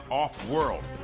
off-world